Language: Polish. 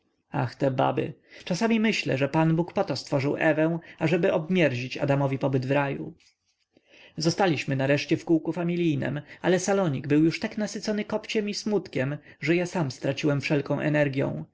ach te baby czasem myślę że pan bóg po to stworzył ewę ażeby obmierzić adamowi pobyt w raju zostaliśmy nareszcie w kółku familijnem ale salonik był już tak nasycony kopciem i smutkiem że ja sam straciłem wszelką energią